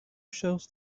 shows